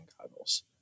goggles